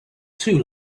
too